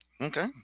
Okay